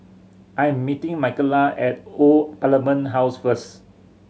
I am meeting Michaela at Old Parliament House first